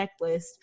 checklist